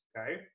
okay